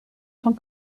van